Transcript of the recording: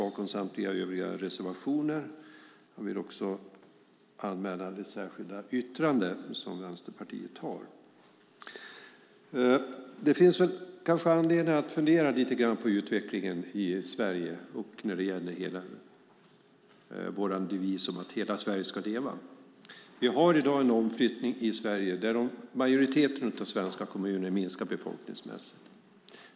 Fru talman! Jag vill börja med att yrka bifall till reservation 1, men står givetvis bakom samtliga övriga reservationer. Jag vill också anmäla det särskilda yttrande som Vänsterpartiet har avgett. Det finns kanske anledning att fundera lite grann på utvecklingen i Sverige och vår devis Hela Sverige ska leva. Vi har i dag en omflyttning i Sverige där majoriteten av svenska kommuner minskar befolkningsmässigt.